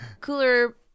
Cooler